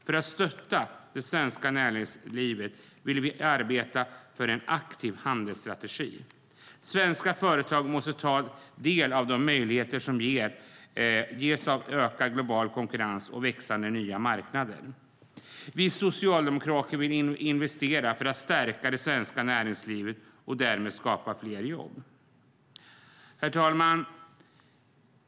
För att stötta det svenska näringslivet vill vi arbeta för en aktiv handelsstrategi. Svenska företag måste ta del av de möjligheter som ges genom ökad global konkurrens och växande nya marknader. Vi socialdemokrater vill investera för att stärka det svenska näringslivet och därmed skapa fler jobb. Herr talman!